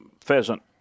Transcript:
pheasant